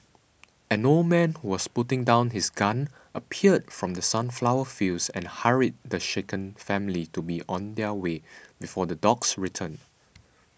an old man who was putting down his gun appeared from the sunflower fields and hurried the shaken family to be on their way before the dogs return